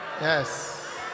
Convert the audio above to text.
Yes